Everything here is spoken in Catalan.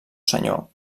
senyor